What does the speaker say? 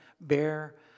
bear